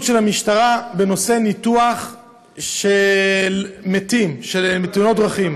של המשטרה בנושא ניתוח של מתים בתאונות דרכים,